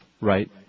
Right